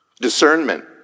Discernment